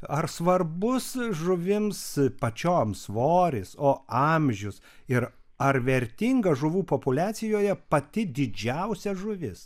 ar svarbus žuvims pačioms svoris o amžius ir ar vertinga žuvų populiacijoje pati didžiausia žuvis